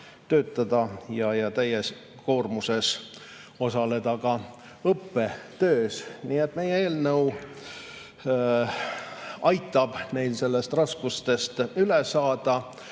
töötada ja täiskoormusega osaleda ka õppetöös. Meie eelnõu aitab neil raskustest üle saada.